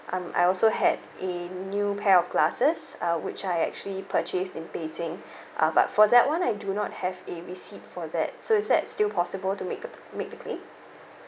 um I also had a new pair of glasses uh which I actually purchased in beijing uh but for that [one] I do not have a receipt for that so is that still possible to make the make the claim